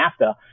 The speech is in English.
NAFTA